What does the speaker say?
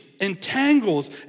entangles